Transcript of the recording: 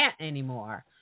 anymore